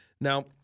Now